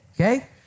Okay